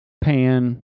pan